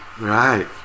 right